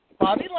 Bobby